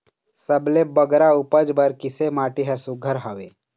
सबले बगरा उपज बर किसे माटी हर सुघ्घर हवे?